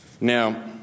Now